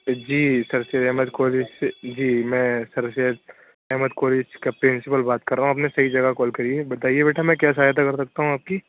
جی sir Syed Ahmad college سے جی میں سر سید احمد کالج کا پرنسپل بات کر رہا ہوں آپ نے صحیح جگہ کال کری ہے بتائیے بیٹا میں کیا سہایتہ کر سکتا ہوں آپ کی